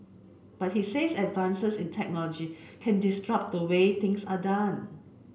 but he says advances in technology can disrupt the way things are done